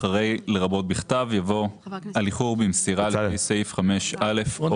אחרי "לרבות בכתב" יבוא "על איחור במסירה לפי סעיף 5א או".